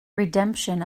redemption